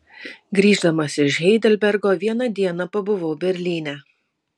grįždamas iš heidelbergo vieną dieną pabuvau berlyne